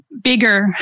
bigger